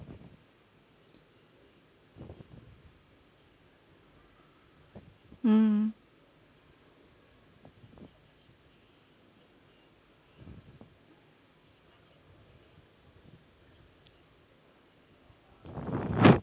mm